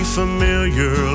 familiar